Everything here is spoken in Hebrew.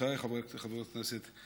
חברותיי חברות הכנסת,